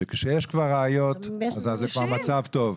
שכשיש כבר ראיות אז זה כבר מצב טוב.